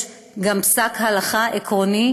יש גם פסק הלכה עקרוני